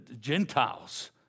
Gentiles